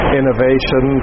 innovation